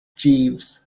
jeeves